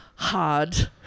Hard